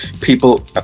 people